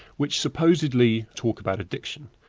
which supposedly talk about addiction.